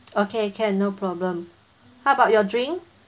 okay can no problem how about your drink